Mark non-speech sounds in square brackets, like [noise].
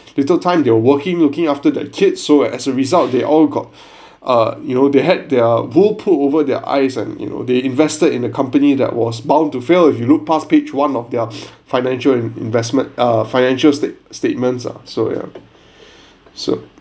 little time they're working looking after their kids so as a result they all got uh you know they had their wool pull over their eyes and you know they invested in the company that was bound to fail if you look past page one of their [breath] financial and investment ah financial state~ statements ah so ya [breath] so